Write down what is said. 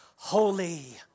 Holy